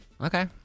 okay